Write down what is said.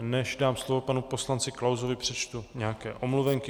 Než dám slovo panu poslanci Klausovi, přečtu nějaké omluvenky.